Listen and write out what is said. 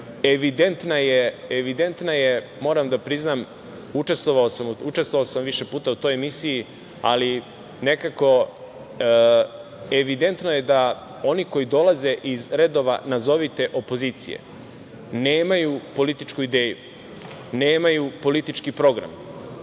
Evidentna je, moram da priznam učestvovao sam više puta u toj emisiji, ali nekako, evidentno je da oni koji dolaze iz redova nazovite opozicije nemaju političku ideju, nemaju politički program.